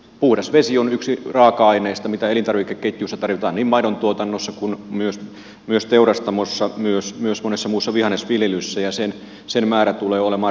puhdas vesi on yksi raaka aineista mitä elintarvikeketjussa tarvitaan niin maidontuotannossa kuin myös teurastamoissa myös monessa muussa vihannesviljelyssä ja sen määrä tulee olemaan rajoitettua